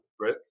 right